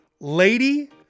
Lady